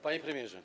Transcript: Panie Premierze!